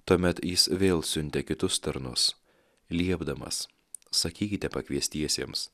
tuomet jis vėl siuntė kitus tarnus liepdamas sakykite pakviestiesiems